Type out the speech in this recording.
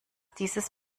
dieses